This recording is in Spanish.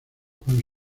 con